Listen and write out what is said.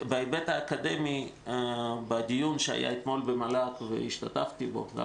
בהיבט האקדמי בדיון שהשתתפתי בו אתמול במל"ג גם